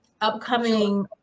upcoming